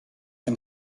yng